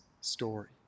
story